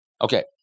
okay